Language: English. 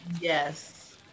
Yes